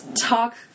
talk